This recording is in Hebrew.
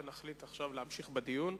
ונחליט עכשיו להמשיך בדיון.